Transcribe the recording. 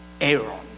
Aaron